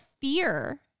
fear